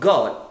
God